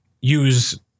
use